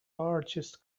largest